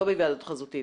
לא בהיוועדות חזותית?